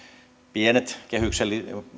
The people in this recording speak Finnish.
pienet kehyksen